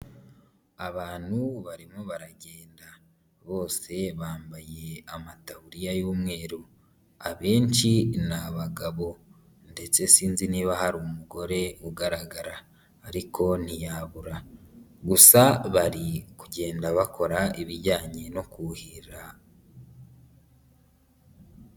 Abantu barimo baragenda bose bambaye amataburiya y'umweru, abenshi ni abagabo, ndetse sinzi niba hari umugore ugaragara, ariko ntiyabura gusa bari kugenda bakora ibijyanye no kuhira.